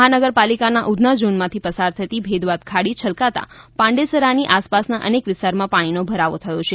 મહાનગરપાલિકાના ઉધના ઝોનમાંથી પસાર થતી ભેદવાદ ખાડી છલકાતા પાંડેસરાની આસપાસના અનેક વિસ્તારમાં પાણીનો ભરાવો થયો છે